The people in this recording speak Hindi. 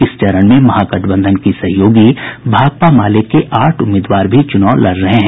इस चरण में महागठबंधन की सहयोगी भाकपा माले के आठ उम्मीदवार भी चुनाव लड़ रहे हैं